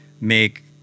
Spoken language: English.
make